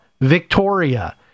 Victoria